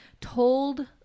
told